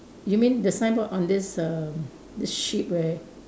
you mean the signboard on this err the sheep where